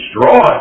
destroyed